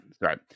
right